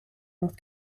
north